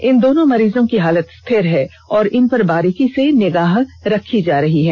इन दोनों मरीजों की हालत स्थिर है और इन पर बारीकी से निगाह रखी जा रही है